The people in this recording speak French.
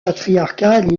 patriarcal